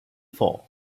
for